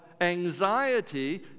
anxiety